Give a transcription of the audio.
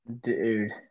dude